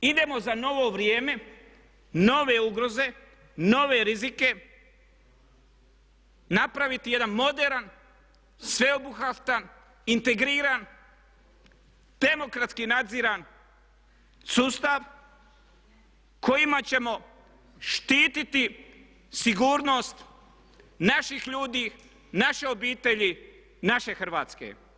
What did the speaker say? Idemo za novo vrijem, nove ugroze, nove rizike napraviti jedan moderan, sveobuhvatan, integriran, demokratski nadziran sustav kojima ćemo štititi sigurnost naših ljudi, naše obitelji, naše Hrvatske.